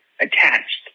attached